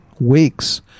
weeks